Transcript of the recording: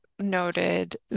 noted